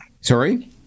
sorry